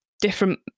different